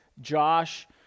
Josh